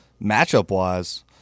matchup-wise